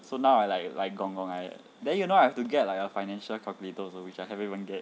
so now I like like gong gong like that then you know I have to get like a financial calculator also which I haven't even get